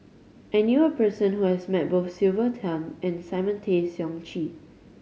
I knew a person who has met both Sylvia Tan and Simon Tay Seong Chee